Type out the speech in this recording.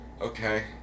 okay